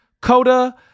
Coda